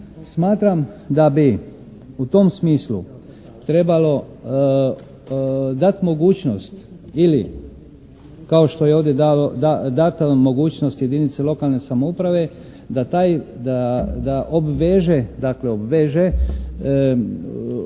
Smatram da bi u tom smislu trebalo dati mogućnost ili kao što je ovdje dana mogućnost jedinici lokalne samouprave da taj, da obveže